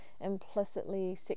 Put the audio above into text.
implicitly